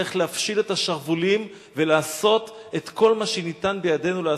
צריך להפשיל את השרוולים ולעשות את כל מה שניתן בידינו לעשות,